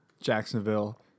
Jacksonville